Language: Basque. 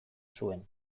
zuen